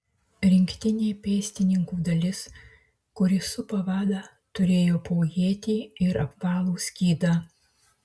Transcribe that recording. rinktinė pėstininkų dalis kuri supa vadą turėjo po ietį ir apvalų skydą